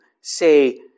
say